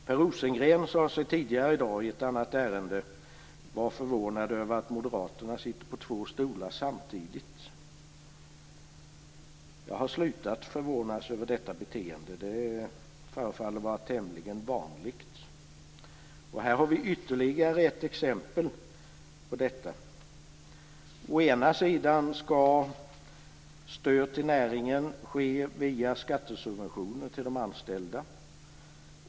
Per Rosengren sade sig tidigare i dag i ett annat ärende vara förvånad över att moderaterna satt på två stolar samtidigt. Jag har slutat att förvånas över detta beteende. Det förefaller vara tämligen vanligt. Här har vi ytterligare ett sådant exempel. Å ena sidan skall stöd till näringen ske via skattesubventioner till de anställda.